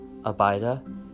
Abida